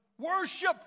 Worship